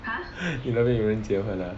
你那边有人结婚 ah